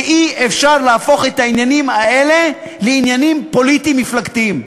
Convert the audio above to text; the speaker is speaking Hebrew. ואי-אפשר להפוך את העניינים האלה לעניינים פוליטיים מפלגתיים.